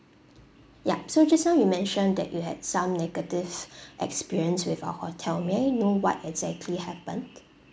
ya so just now you mentioned that you had some negative experience with our hotel may I know what exactly happened